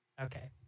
Okay